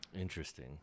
Interesting